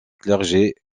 clergé